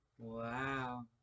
Wow